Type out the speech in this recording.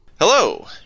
Hello